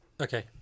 Okay